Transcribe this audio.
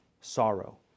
sorrow